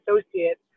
associate